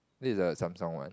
this is a Samsung one